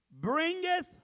bringeth